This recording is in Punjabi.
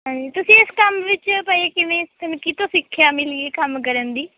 ਹਾਂਜੀ ਤੁਸੀਂ ਇਸ ਕੰਮ ਵਿੱਚ ਪਏ ਕਿਵੇਂ ਕਿਸ ਤੋਂ ਸਿੱਖਿਆ ਮਿਲੀ ਇਹ ਕੰਮ ਕਰਨ ਦੀ